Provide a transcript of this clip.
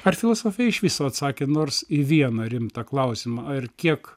ar filosofija iš viso atsakė nors į vieną rimtą klausimą ar kiek